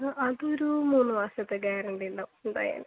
ആ അതൊരു മൂന്ന് മാസത്തെ ഗ്യാരൻറി ഉണ്ടാവും എന്തായാലും